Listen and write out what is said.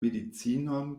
medicinon